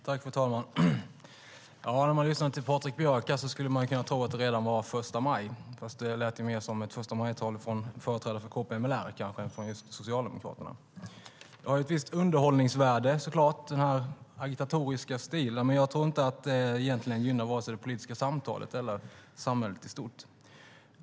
Fru talman! När man lyssnar till Patrik Björck skulle man kunna tro att det redan är första maj. Men det lät mer som ett förstamajtal från en företrädare för KPML än från Socialdemokraterna. Den här agitatoriska stilen har såklart ett visst underhållningsvärde, men jag tror egentligen inte att det gynnar vare sig det politiska samtalet eller samhället i stort.